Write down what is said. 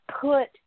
put